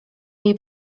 jej